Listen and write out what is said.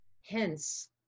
Hence